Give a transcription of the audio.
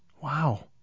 Wow